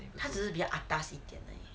他只是比较 atas 一点而已